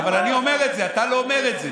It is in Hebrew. אבל אני אומר את זה, אתה לא אומר את זה.